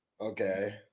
Okay